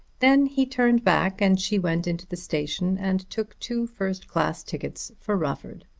then he turned back and she went into the station and took two first-class tickets for rufford.